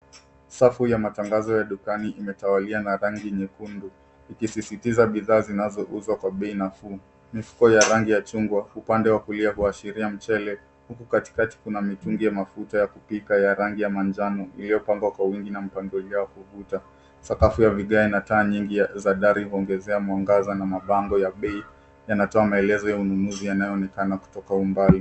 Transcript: Safu ya matangazo ya dukani imetawalia na rangi nyekundu ikisisitiza bidhaa zinazouzwa kwa bei nafuu. Mifuko ya rangi ya chungwa upande wa kulia kuashiria Michele, huku katikati kuna mitungi ya mafuta ya kupika ya rangi ya manjano iliyopangwa kwa wingi na mpangilio wa kuvuta. Sakafu ya vigae na taa nyingi za dari huongezea mwangaza na mabango ya bei yanatoa maelezo ya ununuzi yanayoonekana kutoka umbali.